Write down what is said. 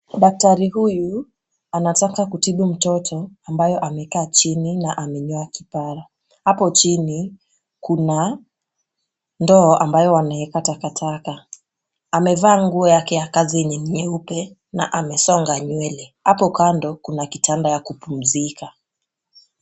Daktari huyu anatoka kutibu mtoto ambaye amekaa chini na amenyoa kipara. Hapo chini kuna ndoo ambayo wanaweka takataka. Amevaa nguo yake ya kazi yenye ni nyeupe na amesonga nywele. Hapo kando kuna kitanda ya kupumzika.